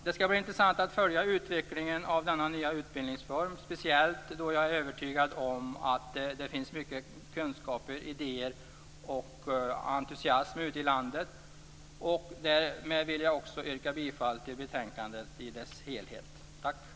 Det skall bli intressant att följa utvecklingen av denna nya utbildningsform, speciellt då jag är övertygad om att det finns mycket kunskaper, idéer och entusiasm ute i landet. Därmed vill jag också yrka bifall till utskottets hemställan i betänkandet i dess helhet.